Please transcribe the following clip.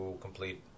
complete